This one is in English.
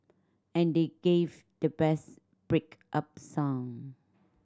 and they gave the best break up song